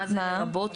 מה זה "לרבות"?